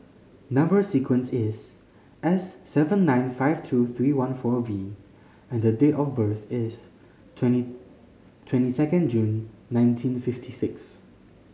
number sequence is S seven nine five two three one four V and date of birth is twenty second June nineteen fifty six